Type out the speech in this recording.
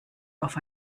auf